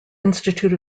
institute